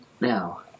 now